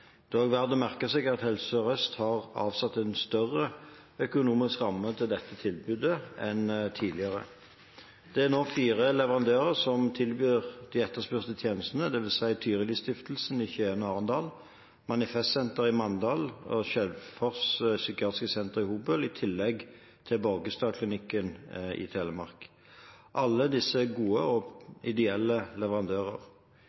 Det er også verd å merke seg at Helse Sør-Øst har avsatt en større økonomisk ramme til dette tilbudet enn tidligere. Det er nå fire leverandører som tilbyr de etterspurte tjenestene, det vil si Tyrilistiftelsen i Skien og Arendal, Manifestsenteret i Røyken og Skjelfoss psykiatriske senter i Hobøl, i tillegg til Borgestadklinikken i Telemark. Alle disse er gode